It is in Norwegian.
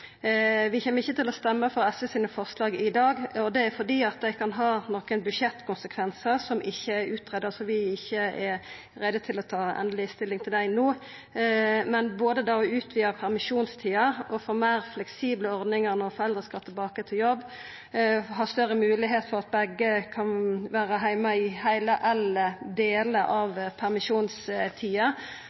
Vi kjem ikkje til å stemme for forslaga til SV i dag. Det er fordi dei kan ha nokre budsjettkonsekvensar som ikkje er gjort greie for, så vi er ikkje klare til å ta endeleg stilling til dei no. Men det å utvida permisjonstida, det å få meir fleksible ordningar når foreldra skal tilbake til jobb, det å ha større moglegheit for at begge kan vera heime i heile eller delar av permisjonstida,